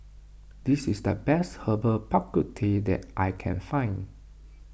this is the best Herbal Bak Ku Teh that I can find